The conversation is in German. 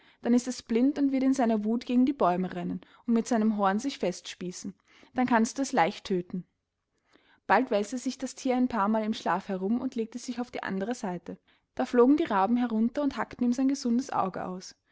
dann ist es blind und wird in seiner wuth gegen die bäume rennen und mit seinem horn sich festspießen dann kannst du es leicht tödten bald wälzte sich das thier ein paar mal im schlaf herum und legte sich auf die andere seite da flogen die raben herunter und hackten ihm sein gesundes auge aus